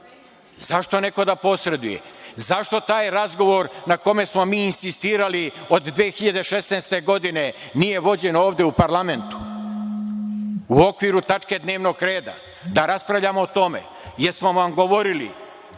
Zašto neko da posreduje? Zašto taj razgovor na kome smo mi insistirali od 2016. godine nije vođen ovde u parlamentu, u okviru tačke dnevnog reda, da raspravljamo o tome? Jesmo li vam govorili